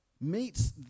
meets